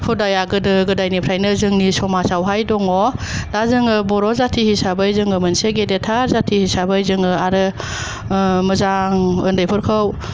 हुदाया गोदो गोदायनिफ्रायनो जोंनि समाजावहाय दङ दा जोङो बर'जाथि हिसाबै जोङो मोनसे गेदेरथार जाथि हिसाबै जोङो आरो ओ मोजां उन्दैफोरखौ